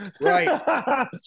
Right